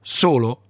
solo